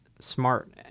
smart